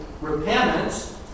repentance